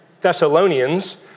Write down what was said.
Thessalonians